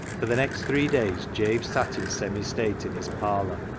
for the next three days jabe sat in semi state in his parlour,